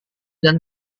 dan